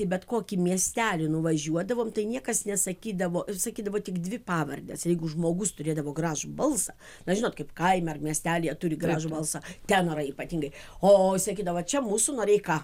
į bet kokį miestelį nuvažiuodavom tai niekas nesakydavo sakydavo tik dvi pavardes jeigu žmogus turėdavo gražų balsą na žinot kaip kaime ar mietelyje turi gražų balsą tenorai ypatingai o sakydavo čia mūsų noreika